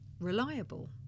reliable